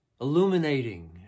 Illuminating